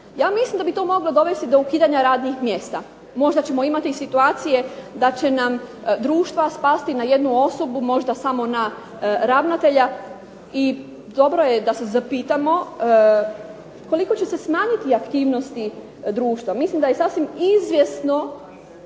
Ja mislim da bi to moglo dovesti do ukidanja radnih mjesta. Možda ćemo imati situacije da će nam društva spasti na jednu osobu, možda samo na ravnatelja. I dobro je da se zapitamo koliko će se smanjiti aktivnosti društva. Mislim da je sasvim izvjesno